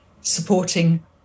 supporting